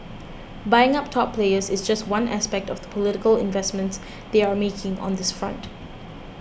buying up top players is just one aspect of the political investments they are making on this front